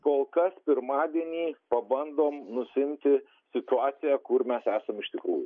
kol kas pirmadienį pabandom nusiimti situaciją kur mes esam iš tikrųjų